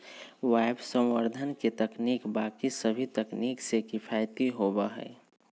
वायवसंवर्धन के तकनीक बाकि सभी तकनीक से किफ़ायती होबा हई